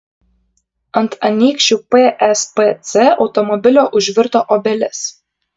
ant anykščių pspc automobilio užvirto obelis